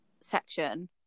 section